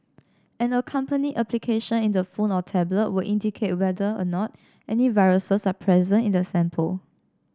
an accompanying application in the phone or tablet will indicate whether or not any viruses are present in the sample